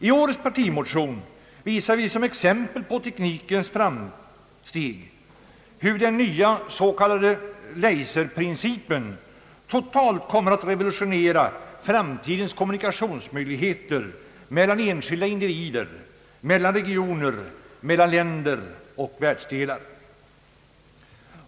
I årets partimotion visar vi som exempel på teknikens framsteg hur den nya s.k. laserprincipen totalt kommer att revolutionera framtidens möjligheter för kommunikation mellan enskilda individer, mellan regioner, mellan länder och världsdelar.